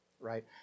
right